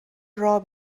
راه